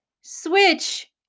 switch